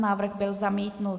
Návrh byl zamítnut.